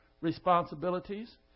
responsibilities